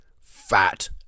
fat